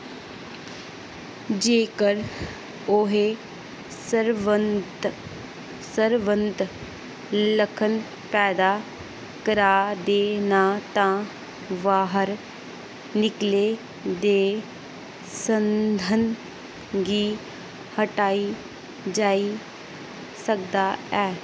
जेकर ओहे सरबंधत लक्खन पैदा करा दे न तां बाह्र निकले दे संघनन गी हटाई जाई सकदा ऐ